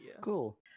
Cool